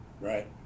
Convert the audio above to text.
right